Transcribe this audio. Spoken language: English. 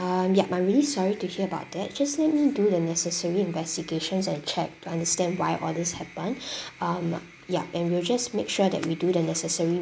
um yup I'm really sorry to hear about that just let me do the necessary investigations and check to understand why all these happened um yup and we'll just make sure that we do the necessary